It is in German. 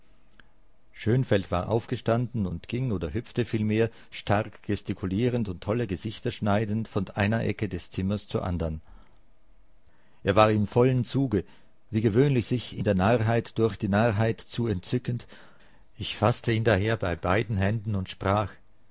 schönfeld war aufgestanden und ging oder hüpfte vielmehr stark gestikulierend und tolle gesichter schneidend von einer ecke des zimmers zur ändern er war im vollen zuge wie gewöhnlich sich in der narrheit durch die narrheit zu entzückend ich faßte ihn daher bei beiden händen und sprach